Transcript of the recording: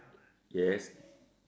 yes